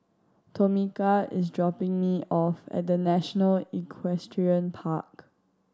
Tomika is dropping me off at The National Equestrian Park